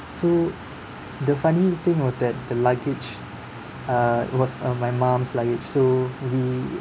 so the funny thing was that the luggage err it was uh my mom's luggage so we